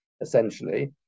essentially